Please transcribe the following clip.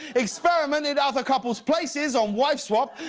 experiment at other couples places on wife swap,